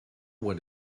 what